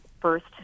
first